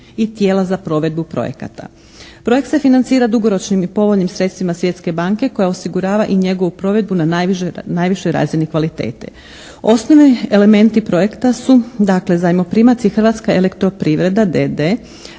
i tijela za provedbu projekata. Projekt se financira dugoročnim i povoljnim sredstvima Svjetske banke koja osigurava i njegovu provedbu na najvišoj razini kvalitete. Osnovni elementi projekta su dakle zajmoprimac i Hrvatska elektroprivreda